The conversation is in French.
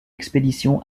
expédition